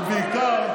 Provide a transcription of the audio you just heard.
ובעיקר,